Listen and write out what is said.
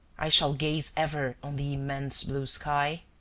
i shall gaze ever on the immense blue sky?